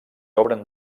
obren